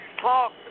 talk